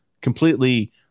completely